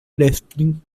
wrestling